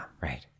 right